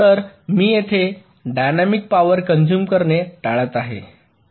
तर मी येथे डायनॅमिक पावर कंझुम करणे टाळत आहे